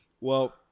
Well-